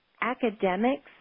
academics